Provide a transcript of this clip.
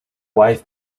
wife